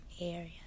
area